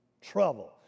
Trouble